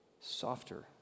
softer